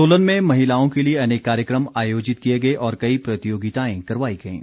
सोलन में महिलाओं के लिए अनेक कार्यक्रम आयोजित किए गए और कई प्रतियोगिताएं करवाई गयीं